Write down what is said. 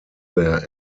their